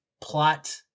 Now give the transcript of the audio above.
plot